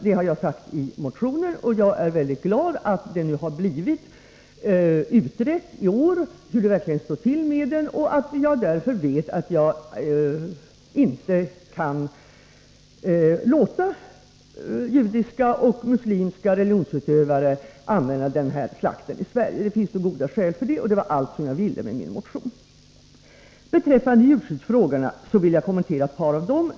Det har jag sagt i motionen. Jag är mycket glad att det i år har blivit utrett hur det verkligen står till med denna typ av slakt. Därmed vet jag att jag inte kan låta judiska och muslimska religionsutövare använda denna typ av slakt i Sverige. Det finns goda skäl för det. Det var allt som jag ville med min motion. Jag vill kommentera ett par av djurskyddsfrågorna.